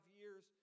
years